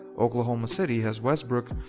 oklahoma city has westbrook,